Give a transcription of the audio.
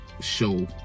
show